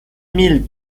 mille